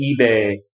eBay